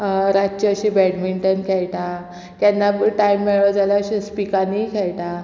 रातचें अशें बॅडमिंटन खेळटा केन्ना पळय टायम मेळ्ळो जाल्यार अशें इस्पिकांनी खेळटा